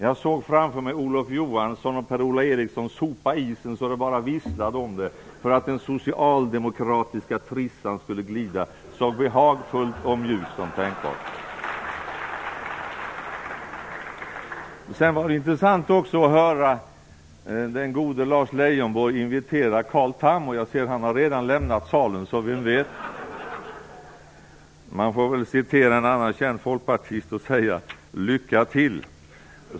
Jag såg framför mig Olof Johansson och Per-Ola Eriksson sopa isen så att det bara visslade om det för att den socialdemokratiska trissan skulle glida så behagfullt och mjukt som tänkas kunde. Sedan var det också intressant att höra den gode Lars Leijonborg invitera Carl Tham. Jag ser att han redan har lämnat salen - så vem vet? Man får väl citera en annan känd folkpartist och säga: Lycka till!